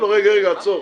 רגע, עצור.